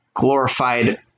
glorified